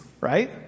right